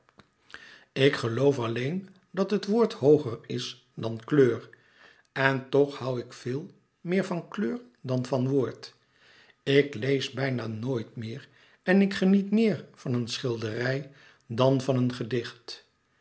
ik geloof alleen dat het woord hooger is dan kleur en toch hoû ik veel meer van kleur dan van woord ik lees bijna nooit meer en ik geniet meer van een schilderij dan van een gedicht